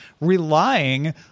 relying